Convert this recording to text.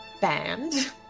band